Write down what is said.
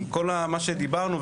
כל מה שדיברנו,